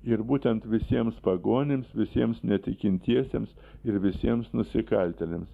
ir būtent visiems pagonims visiems netikintiesiems ir visiems nusikaltėliams